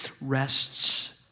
rests